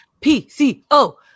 P-C-O